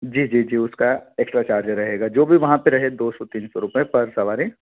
जी जी जी उसका एक्स्ट्रा चार्ज रहेगा जो भी वहाँ पर रहे दो सौ तीन सौ रूपये पर सवारी